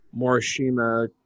Morishima